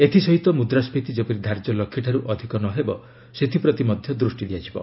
ଏଥିସହିତ ମୁଦ୍ରାସ୍କୀତି ଯେପରି ଧାର୍ଯ୍ୟ ଲକ୍ଷ୍ୟଠାରୁ ଅଧିକ ନ ହେବ ସେଥିପ୍ରତି ମଧ୍ୟ ଦୃଷ୍ଟି ଦିଆଯିବ